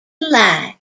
light